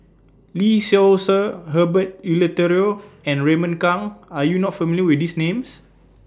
Lee Seow Ser Herbert Eleuterio and Raymond Kang Are YOU not familiar with These Names